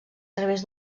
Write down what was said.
través